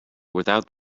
without